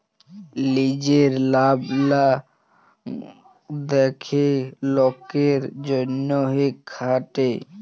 লিজের লাভ লা দ্যাখে লকের জ্যনহে খাটে